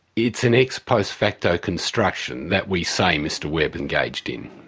it's an ex post facto construction that we say mr webb engaged in.